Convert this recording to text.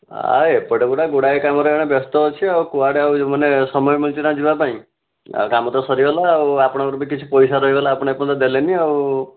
ଆଉ ଏପଟେ ଗୁଡ଼ାଏ କାମରେ ବ୍ୟସ୍ତ ଅଛି ଆଉ କୁଆଡ଼େ ଆଉ ମାନେ ସମୟ ମିଳୁଛିନା ଯିବାପାଇଁ ଆଉ କାମ ତ ସରିଗଲା ଆଉ ଆପଣଙ୍କର ବି କିଛି ପଇସା ରହିଗଲା ଆପଣ ଏପର୍ଯ୍ୟନ୍ତ ଦେଲେନି ଆଉ